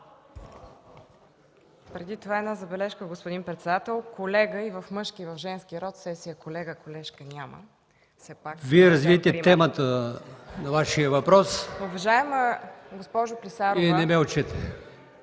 Вие развийте темата на Вашия въпрос и не ме учете.